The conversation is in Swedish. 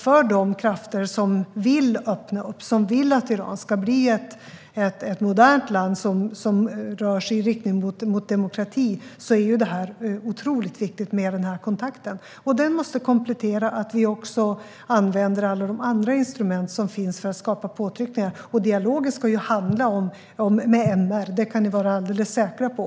För de krafter som vill öppna Iran, som vill att Iran ska bli ett modernt land som rör sig i riktning mot demokrati, är det otroligt viktigt med denna kontakt. Den kontakten måste kompletteras med att vi använder alla andra instrument som finns för att kunna utöva påtryckningar. Dialogen ska handla om MR. Det kan ni vara alldeles säkra på.